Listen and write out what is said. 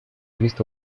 visto